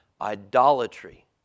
Idolatry